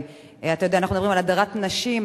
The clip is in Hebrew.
אנחנו מדברים על הדרת נשים,